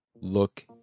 look